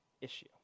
issue